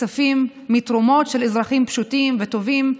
כספים מתרומות של אזרחים פשוטים וטובים,